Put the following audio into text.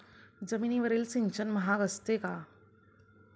जमिनीवरील सिंचन महाग असते का?